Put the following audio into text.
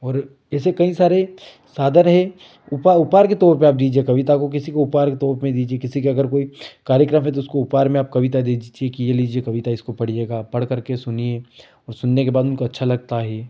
और ऐसे कई सारे साधन है उपा उपहार के तौर पर आप दीजिए कविता को किसी को उपहार के तौर पर दीजिए किसी का अगर कोई कार्यक्रम है तो उसको उपहार में आप कविता दे दीजिए कि ये लीजिए कविता इसको पढ़िएगा आप पढ़ करके सुनिए और सुनने बाद उनको अच्छा लगता है